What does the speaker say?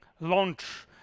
launch